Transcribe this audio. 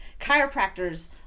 Chiropractors